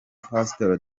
pastor